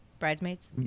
bridesmaids